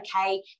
okay